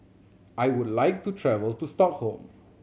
I would like to travel to Stockholm